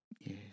Yes